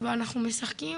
ואנחנו משחקים